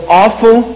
awful